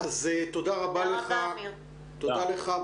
תודה לך,